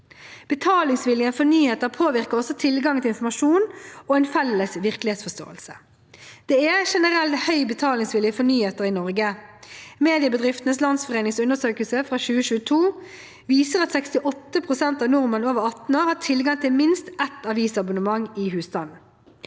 Betalingsviljen for nyheter påvirker også tilgangen til informasjon og en felles virkelighetsforståelse. Det er generelt høy betalingsvilje for nyheter i Norge. Mediebedriftenes Landsforenings undersøkelse fra 2022 viser at 68 pst. av nordmenn over 18 år har tilgang til minst ett avisabonnement i husstanden.